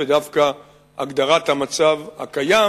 ודווקא הגדרת המצב הקיים,